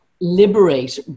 liberate